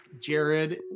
jared